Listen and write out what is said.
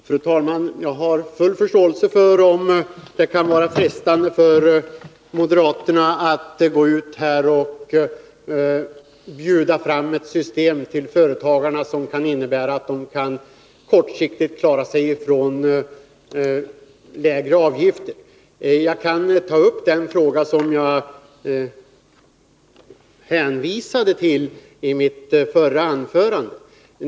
Fru talman! Jag har full förståelse för att det kan vara frestande för moderaterna att gå ut och erbjuda företagarna ett system som kan innebära att de kortfristigt kan klara sig ifrån det hela med lägre avgifter. Jag kan ta upp den fråga som jag hänvisade till i mitt förra anförande.